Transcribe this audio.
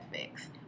fixed